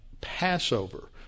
Passover